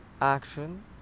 action